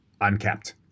uncapped